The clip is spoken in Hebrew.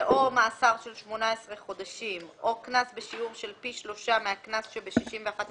זה או מאסר של 18 חודשים או קנס בשיעור של פי שלושה מהקנס שב-61(א)(4),